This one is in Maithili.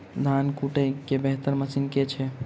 धान कुटय केँ बेहतर मशीन केँ छै?